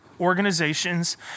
organizations